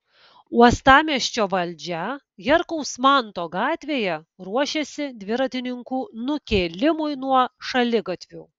uostamiesčio valdžia herkaus manto gatvėje ruošiasi dviratininkų nukėlimui nuo šaligatvių